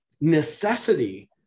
necessity